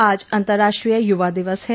आज अंतर्राष्ट्रीय युवा दिवस है